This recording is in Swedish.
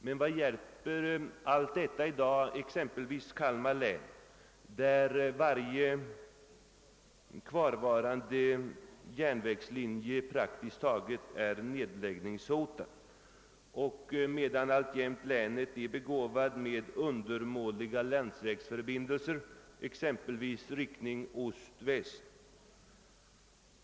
Men vad hjälper allt detta i dag exempelvis Kalmar län, där praktiskt taget varje kvarvarande järnvägslinje är nedläggningshotad samtidigt som länet alltjämt har undermåliga landsvägsförbindelser i exempelvis ost—västlig riktning?